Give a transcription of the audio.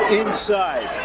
inside